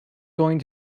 going